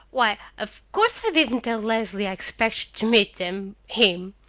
why, of course i didn't tell leslie i expected to meet them him.